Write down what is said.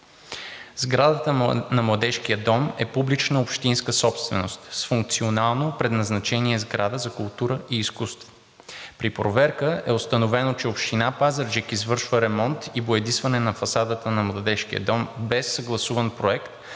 Сградата на Младежкия дом е публична общинска собственост с функционално предназначение „сграда за култура и изкуство“. При проверка е установено, че Община Пазарджик извършва ремонт и боядисване на фасадата на Младежкия дом без съгласуван проект,